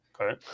Okay